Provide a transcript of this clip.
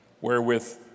wherewith